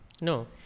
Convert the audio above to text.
no